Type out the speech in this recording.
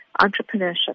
entrepreneurship